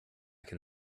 can